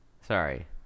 Sorry